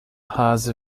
hase